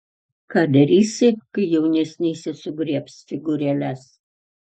ką darysi kai jaunesnysis sugriebs figūrėles